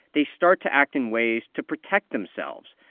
they start to act in ways to protect themselves.